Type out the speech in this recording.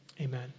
Amen